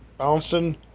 Bouncing